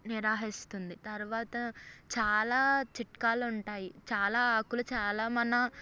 నివారిస్తుంది తర్వాత చాలా చిట్కాలు ఉంటాయి చాలా ఆకులు చాలా మన